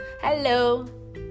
hello